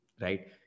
Right